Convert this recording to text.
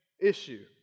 issue